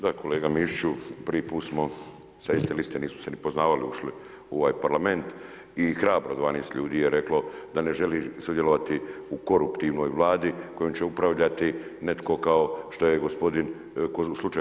Da kolega Mišiću, prvi put smo sa iste liste nismo se ni poznavali ušli u ovaj Parlament i hrabro 12 ljudi je reklo da ne želi sudjelovati u koruptivnoj Vladi kojom će upravljati netko kao šta je gospodin slučaj